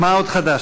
מה עוד חדש?